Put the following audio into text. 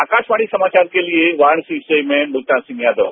आकाशवाणी समाचार के लिए वाराणसी से मैं मुल्तान सिंह यादव